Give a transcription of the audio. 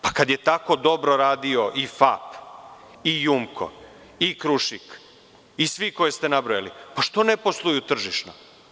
Kad je tako dobro radio FAP, „Jumko“, „Krušik“ i svi koje ste nabrojali, pa zašto ne posluju tržišno?